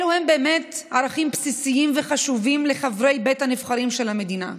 אלו הם באמת ערכים בסיסיים וחשובים לחברי בית הנבחרים של המדינה.